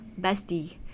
bestie